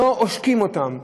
עושקים אותם,